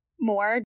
more